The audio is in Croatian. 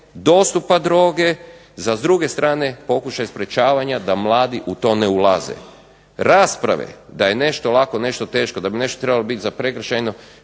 dostupa droge za s druge strane pokušaj sprječavanja da mladi u to ne ulaze. Rasprave da je nešto lako, nešto teško, da bi nešto trebalo biti za prekršajno